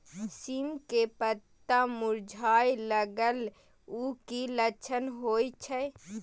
सीम के पत्ता मुरझाय लगल उ कि लक्षण होय छै?